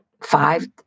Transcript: five